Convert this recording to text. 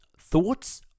Thoughts